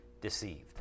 deceived